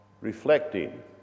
reflecting